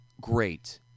great